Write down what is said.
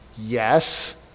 yes